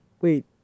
Wait